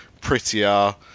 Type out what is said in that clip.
prettier